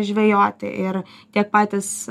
žvejoti ir tiek patys